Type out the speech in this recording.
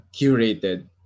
curated